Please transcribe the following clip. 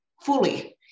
fully